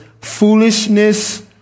foolishness